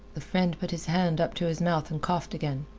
the friend put his hand up to his mouth and coughed again.